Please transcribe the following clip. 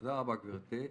תודה רבה, גברתי.